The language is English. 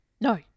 No